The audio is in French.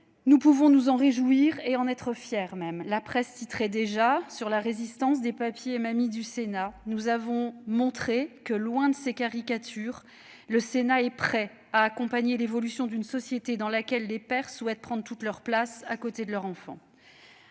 nous pouvons nous en réjouir, et même en être fiers. La presse titrait déjà sur la résistance des « papys et mamies du Sénat »... Nous avons montré que, loin de ces caricatures, le Sénat est prêt à accompagner l'évolution d'une société dans laquelle les pères souhaitent prendre toute leur place à côté de leur enfant.